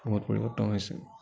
বহুত পৰিৱৰ্তন হৈছে